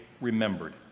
remembered